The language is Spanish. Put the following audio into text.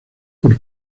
por